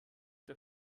der